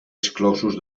exclosos